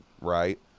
right